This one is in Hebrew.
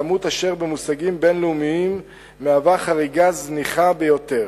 כמות אשר במושגים בין-לאומיים מהווה חריגה זניחה ביותר.